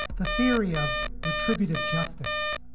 the theory of retributive justice.